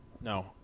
No